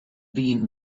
been